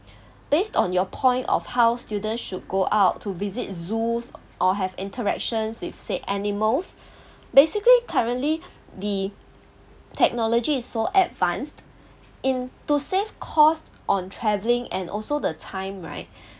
based on your point of how students should go out to visit zoos or have interactions with said animals basically currently the technology is so advanced in to save costs on traveling and also the time right